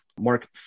Mark